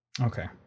okay